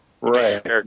Right